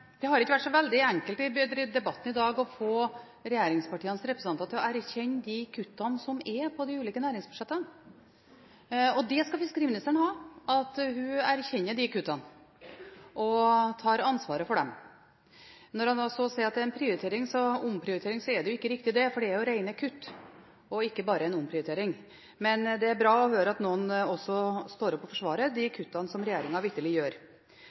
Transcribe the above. Det har ikke vært så veldig enkelt i debatten i dag å få regjeringspartienes representanter til å erkjenne de kuttene som er på de ulike næringsbudsjettene. Og det skal fiskeriministeren ha – at hun erkjenner disse kuttene, og tar ansvaret for dem. Når hun nå sier at det er en omprioritering, så er jo ikke det riktig, for dette er jo rene kutt og ikke bare en omprioritering. Men det er bra å høre at noen står opp og forsvarer de kuttene som regjeringen vitterlig gjør.